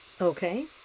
okay